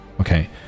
Okay